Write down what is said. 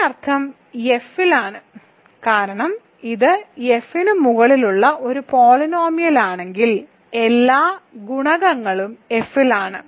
ഇതിനർത്ഥം F ലാണ് കാരണം ഇത് F ന് മുകളിലുള്ള ഒരു പോളിനോമിയൽ ആണെങ്കിൽ എല്ലാ ഗുണകങ്ങളും F ലാണ്